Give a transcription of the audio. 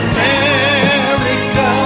America